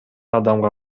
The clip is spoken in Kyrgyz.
адамга